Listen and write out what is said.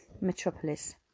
metropolis